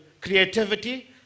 creativity